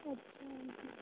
अच्छा जी